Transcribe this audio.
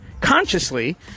consciously